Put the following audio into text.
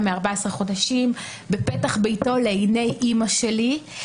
מ-14 חודשים בפתח ביתו לעיני אימא שלי.